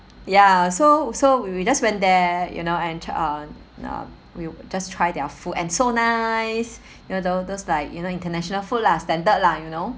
ya so so we we just went there you know and um uh we j~ we just try their food and so nice you know tho~ those like you know international food lah standard lah you know